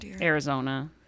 arizona